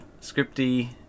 scripty